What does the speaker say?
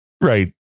Right